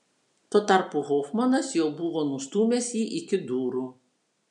tuo tarpu hofmanas jau buvo nustūmęs jį iki durų